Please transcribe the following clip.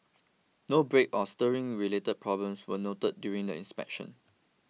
no brake or steering related problems were noted during the inspection